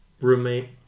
roommate